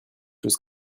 chose